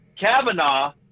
Kavanaugh